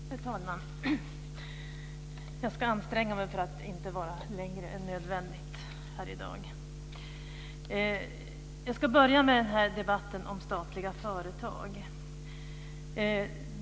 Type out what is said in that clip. Herr talman! Jag ska anstränga mig för att inte tala längre än nödvändigt här i dag. Jag ska börja med debatten om statliga företag.